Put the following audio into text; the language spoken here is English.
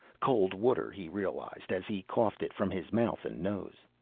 cold water he realized as he coughed it from his mouth and nose.